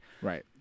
Right